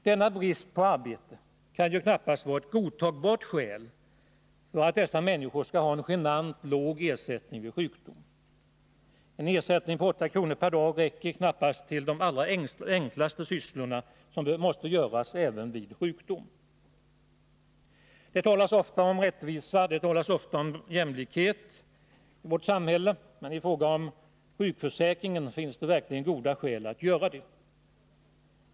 Denna brist på arbete kan knappast vara ett godtagbart skäl till att dessa människor skall ha en genant låg ersättning vid sjukdom. En ersättning på 8 kr. per dag räcker knappast till de allra enklaste sysslorna, som måste göras Nr 22 även vid sjukdom. Det talas ofta om rättvisa och jämlikhet i vårt samhälle, men i fråga om sjukförsäkringen finns det verkligen goda skäl att göra det.